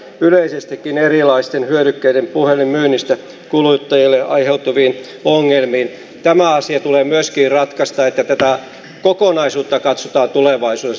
yleisestikin erilaisten hyödykkeiden puhelinmyynnistä kuluttajille aiheutuviin ongelmiin tämä asia tulee myös vieraat kansoitti tätä kokonaisuutta katsotaan tulevaisuus